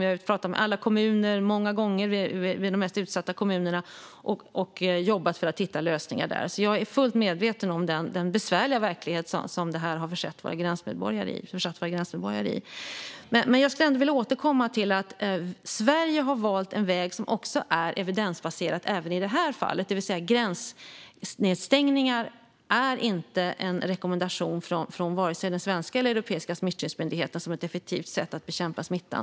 Jag har talat med alla kommuner och med de mest utsatta många gånger och jobbat för att hitta lösningar där. Jag är fullt medveten om den besvärliga verklighet som det här har försatt våra gränsmedborgare i. Jag skulle ändå vilja återkomma till att Sverige har valt en väg som är evidensbaserad även i det här fallet, det vill säga att gränsstängningar inte är en rekommendation från vare sig den svenska eller den europeiska smittskyddsmyndigheten som ett effektivt sätt att bekämpa smittan.